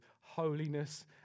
holiness